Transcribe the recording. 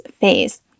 phase